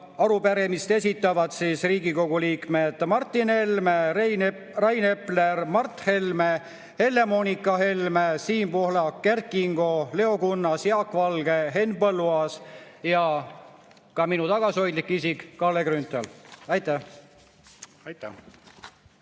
Arupärimise esitavad Riigikogu liikmed Martin Helme, Rain Epler, Mart Helme, Helle-Moonika Helme, Siim Pohlak, Kert Kingo, Leo Kunnas, Jaak Valge, Henn Põlluaas ja ka minu tagasihoidlik isik, Kalle Grünthal. Aitäh!